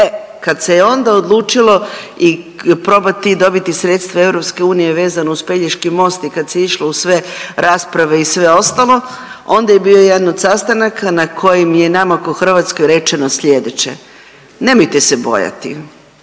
kad se je onda odlučilo i probati dobiti sredstva EU vezano uz Pelješki most i kad se išlo u sve rasprave i sve ostalo onda je bio jedan od sastanaka na kojem je nama kao Hrvatskoj rečeno sljedeće: Nemojte se bojati.